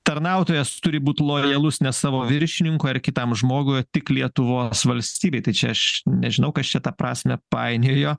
tarnautojas turi būt lojalus ne savo viršininkui ar kitam žmogui o tik lietuvos valstybei tai čia aš nežinau kas čia tą prasmę painiojo